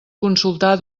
consultar